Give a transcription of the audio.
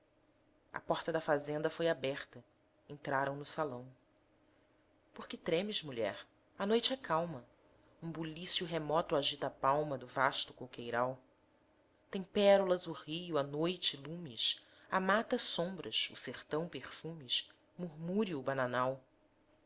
a porta da fazenda foi aberta entraram no salão por que tremes mulher a noite é calma um bulício remoto agita a palma do vasto coqueiral tem pérolas o rio a noite lumes a mata sombras o sertão perfumes murmúrio o bananal